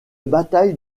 bataille